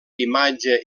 imatge